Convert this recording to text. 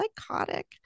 psychotic